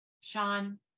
Sean